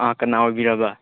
ꯑꯥ ꯀꯅꯥ ꯑꯣꯏꯕꯤꯔꯕꯥ